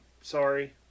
sorry